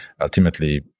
ultimately